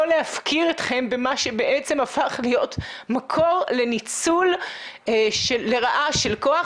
להפקיר אתכם במה שבעצם הפך להיות מקור לניצול לרעה של כוח,